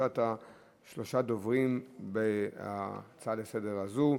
שלושה דוברים בהצעה הזאת לסדר-היום.